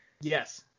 Yes